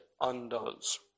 undoes